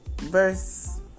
Verse